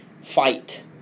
fight